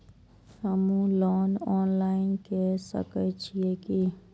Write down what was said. हमू loan online के सके छीये की?